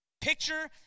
Picture